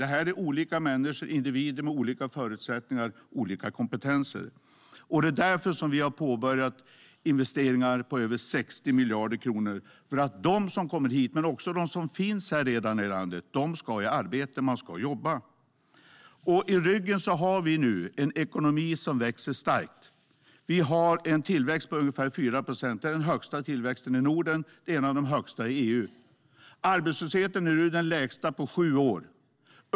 Det är olika människor och individer med olika förutsättningar och olika kompetenser. Det är därför som vi har påbörjat investeringar på över 60 miljarder kronor för att de som kommer hit och de som redan finns här i landet ska i arbete. De ska jobba. I ryggen har vi nu en ekonomi som växer starkt. Vi har en tillväxt på ungefär 4 procent. Det är den högsta tillväxten i Norden, och det är en av de högsta i EU. Arbetslösheten är nu den lägsta på sju år.